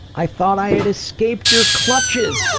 i thought i had escaped your clutches